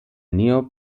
neo